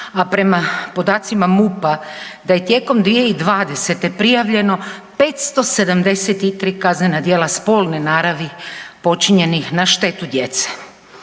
a prema podacima MUP-a da je tijekom 2020. prijavljeno 573 kaznena djela spolne naravi počinjenih na štetu djece.